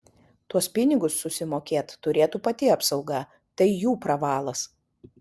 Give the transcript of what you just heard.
tuos pinigus susimokėt turėtų pati apsauga tai jų pravalas